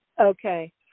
Okay